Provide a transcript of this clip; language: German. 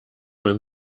man